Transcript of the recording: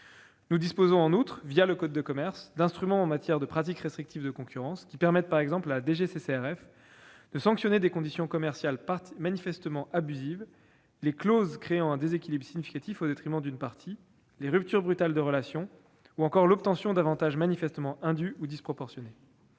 Nous disposons en outre, le code de commerce, d'instruments en matière de pratiques restrictives de concurrence qui permettent par exemple à la DGCCRF de sanctionner des conditions commerciales manifestement abusives, les clauses créant un déséquilibre significatif au détriment d'une partie, les ruptures brutales de relations, et l'obtention d'avantages manifestement indus ou disproportionnés.